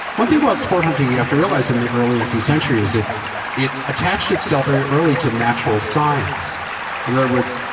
one thing about sport hunting you have to realize in the early nineteenth century is, it it attached itself very early to natural science in other words,